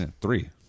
Three